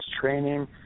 training